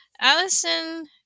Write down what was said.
Allison